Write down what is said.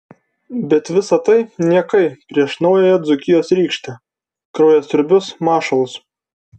bet visa tai niekai prieš naująją dzūkijos rykštę kraujasiurbius mašalus